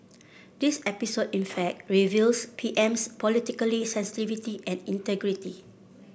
this episode in fact reveals PM's politically sensitivity and integrity